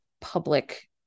public